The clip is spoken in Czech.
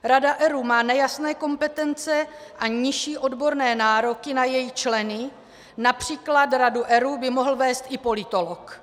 Rada ERÚ má nejasné kompetence a nižší odborné nároky na její členy, například radu ERÚ by mohl vést i politolog.